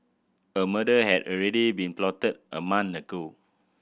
a murder had already been plotted a month ago